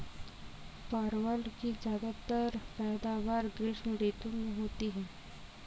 परवल की ज्यादातर पैदावार ग्रीष्म ऋतु में होती है